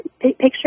picture